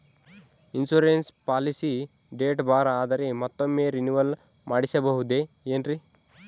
Insurance policy date ಬಾರ್ ಆದರೆ ಮತ್ತೊಮ್ಮೆ ರಿನಿವಲ್ ಮಾಡಿಸಬಹುದೇ ಏನ್ರಿ?